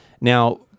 Now